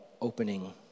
opening